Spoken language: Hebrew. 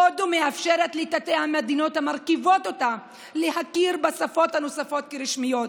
הודו מאפשרת לתתי-המדינות המרכיבות אותה להכיר בשפות הנוספות כרשמיות.